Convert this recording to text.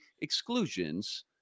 exclusions